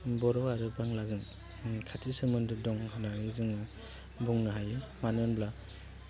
बर' आरो बांग्लाजों खाथि सोमोन्दो दं होन्नानै जोङो बुंनो हायो मानो होमब्ला